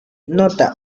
nota